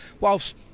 whilst